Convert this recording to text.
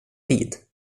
tid